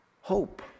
hope